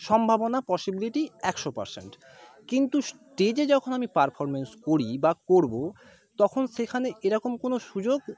সম্ভাবনা পসিবিলিটি একশো পার্সেন্ট কিন্তু স্টেজে যখন আমি পারফর্ম্যান্স করি বা করবো তখন সেখানে এরকম কোনও সুযোগ